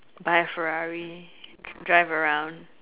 buy Ferrari drive around